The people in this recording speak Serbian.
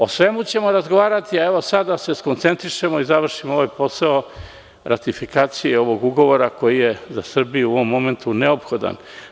O svemu ćemo razgovarati, a sada da se skoncentrišemo i da završimo ovaj posao ratifikacije ovog ugovora koji je za Srbiju u ovom momentu neophodan.